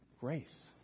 grace